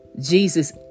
Jesus